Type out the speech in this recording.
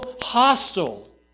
hostile